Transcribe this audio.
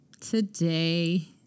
Today